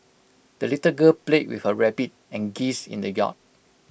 the little girl played with her rabbit and geese in the yard